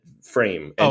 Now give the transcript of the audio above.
frame